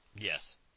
Yes